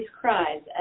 cries